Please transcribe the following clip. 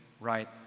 right